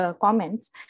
comments